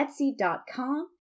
Etsy.com